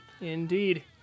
Indeed